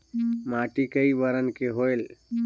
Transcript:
माटी कई बरन के होयल?